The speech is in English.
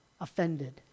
offended